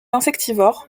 insectivore